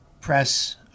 press